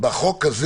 בחוק הזה